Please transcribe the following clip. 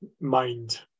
mind